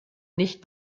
nicht